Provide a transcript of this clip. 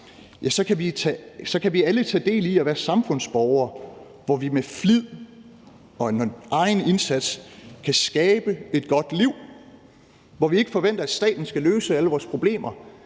kan vi alle tage del i at være samfundsborger, hvor vi med flid og en egen indsats kan skabe et godt liv, hvor vi ikke forventer, at staten skal løse alle vores problemer,